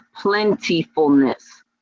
plentifulness